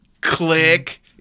Click